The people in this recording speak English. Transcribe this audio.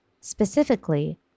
specifically